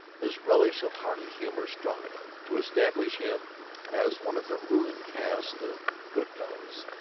his relish of hearty humor strong enough, to establish him as one of the ruling caste of good fellows.